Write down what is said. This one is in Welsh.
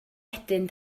wedyn